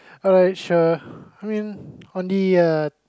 alright sure I mean only